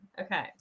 Okay